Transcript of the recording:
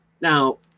Now